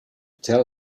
tell